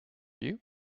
you